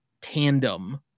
tandem